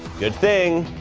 good thing.